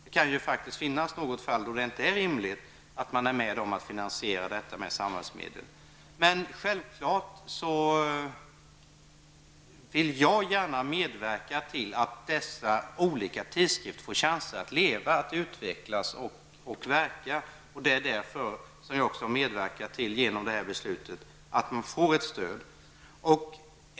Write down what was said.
Det kan faktiskt finnas något fall då det inte är rimligt att man är med om att finansiera verksamheten med samhällsmedel. Men självfallet vill jag gärna medverka till att dessa tidskrifter får chansen att leva, utvecklas och verka. Genom detta beslut medverkar jag också till att de får ett stöd.